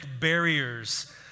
barriers